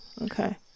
Okay